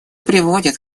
приводит